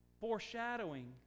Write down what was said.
foreshadowing